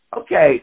Okay